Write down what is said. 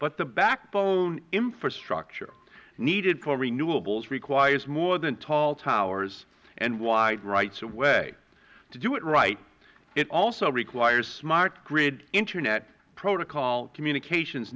but the backbone infrastructure needed for renewables requires more than tall towers and wide rights of way to do it right it also requires smart grid internet protocol communications